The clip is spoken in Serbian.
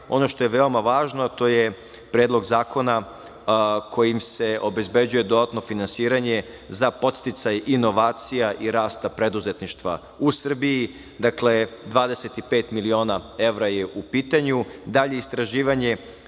ono što je veoma važno, a to je Predlog zakona kojim se obezbeđuje dodatno finansiranje za podsticaj inovacija i rasta preduzetništva u Srbiji. Dakle, 25 miliona evra je u pitanju.